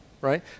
right